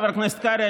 חבר הכנסת קרעי,